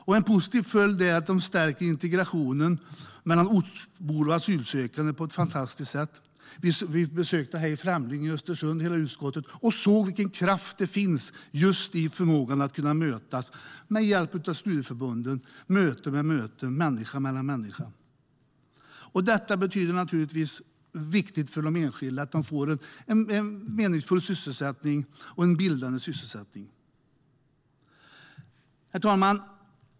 Ännu en positiv följd är att studieförbunden stärker integrationen mellan ortsbor och asylsökande på ett fantastiskt sätt. Utskottet besökte Hej främling! i Östersund och såg vilken kraft det finns just i förmågan att mötas med hjälp av studieförbunden. Det är möten mellan människor. Det är naturligtvis viktigt för den enskilde att få en meningsfull och bildande sysselsättning. Herr talman!